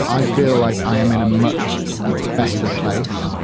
i feel like i am in a much better place.